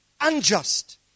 unjust